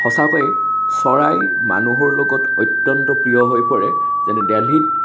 সঁচাকৈ চৰাই মানুহৰ লগত অত্য়ন্ত প্ৰিয় হৈ পৰে যেনে দেলহিত